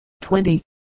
twenty